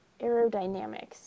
aerodynamics